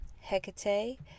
Hecate